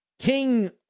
king